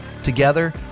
together